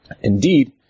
Indeed